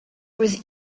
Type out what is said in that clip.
was